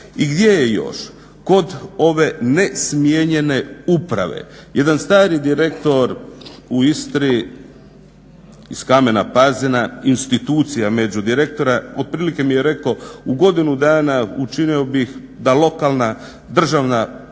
I gdje je još, kod ove nesmijenjene uprave. Jedan stari direktor u Istri iz kamena Pazina, institucija među direktora otprilike mi je rekao, u godinu dana učinio bih da lokalna, državna